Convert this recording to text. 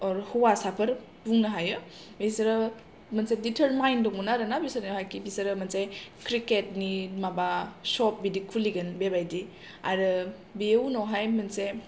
हौवासाफोर बुंनो हायो बिसोरो मोनसे गिथोन माइन दंमोन आरो ना बिसोर हाय खि बिसोरो मोनसे क्रिकेतनि माबा सप बिदि खुलिगोन बेबाइदि आरो बेयो उनावहाइ मोनसे